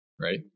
right